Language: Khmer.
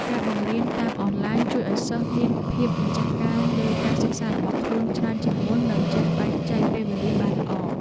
ការបង្រៀនតាមអនឡាញជួយឱ្យសិស្សមានភាពម្ចាស់ការលើការសិក្សារបស់ខ្លួនច្រើនជាងមុន និងចេះបែងចែកពេលវេលាបានល្អ។